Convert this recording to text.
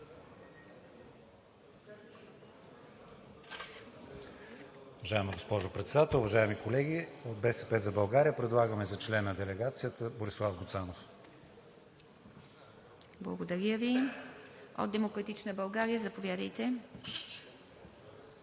Благодаря Ви. От „Демократична България“. Заповядайте.